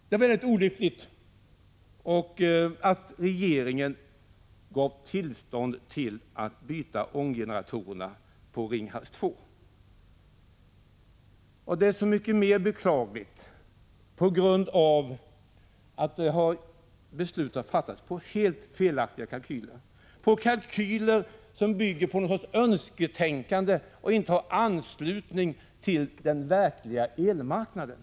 Det är väldigt olyckligt att regeringen gav tillstånd till byte av ånggeneratorerna i Ringhals 2. Det är så mycket mer beklagligt som beslutet har fattats på grundval av helt felaktiga kalkyler — kalkyler som bygger på en sorts önsketänkande och inte har anknytning till den verkliga elmarknaden.